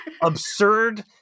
absurd